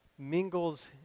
mingles